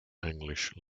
english